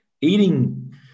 eating